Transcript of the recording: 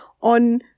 on